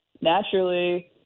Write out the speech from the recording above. naturally